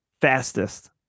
fastest